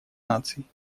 наций